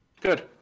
good